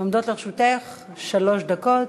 עומדות לרשותך שלוש דקות.